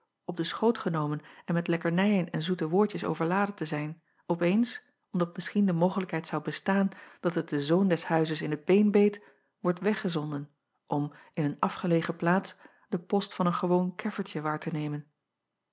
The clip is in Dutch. op den schoot genomen en met lekkernijen en zoete woordjes overladen te zijn op eens omdat misschien de mogelijkheid zou bestaan dat het den zoon des huizes in t been beet wordt weggezonden om in een afgelegen plaats den post van een gewoon keffertje waar te nemen